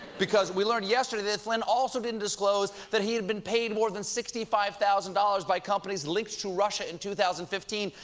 because we learned yesterday that flynn also didn't disclose that he had been paid more than sixty five thousand dollars by companies linked to russia in two thousand and fifteen,